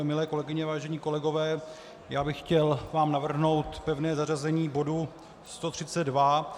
Milé kolegyně, vážení kolegové, já bych vám chtěl navrhnout pevné zařazení bodu 132.